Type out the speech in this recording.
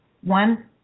one